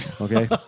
Okay